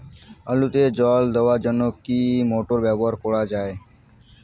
আলুতে জল দেওয়ার জন্য কি মোটর ব্যবহার করা যায়?